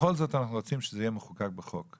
בכל זאת אנחנו רוצים שזה יהיה מחוקק בחוק,